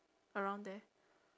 around there